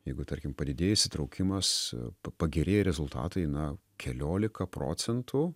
jeigu tarkim padidėjo įsitraukimas pagerėjo rezultatai na keliolika procentų